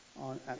on